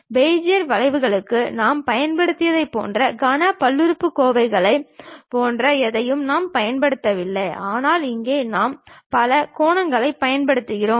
Bezier வளைவுகளுக்கு நாம் பயன்படுத்தியதைப் போன்ற கனப் பல்லுறுப்புக்கோவைகளைப் போன்ற எதையும் நாங்கள் பயன்படுத்துவதில்லை ஆனால் இங்கே நாம் பலகோணங்களைப் பயன்படுத்துகிறோம்